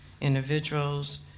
individuals